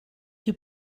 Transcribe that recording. you